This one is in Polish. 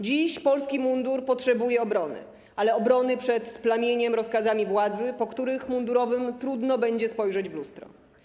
Dziś polski mundur potrzebuje obrony, ale obrony przed splamieniem rozkazami władzy, po których mundurowym trudno będzie spojrzeć w lustro.